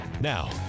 Now